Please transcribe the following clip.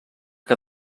que